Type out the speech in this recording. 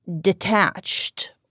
detached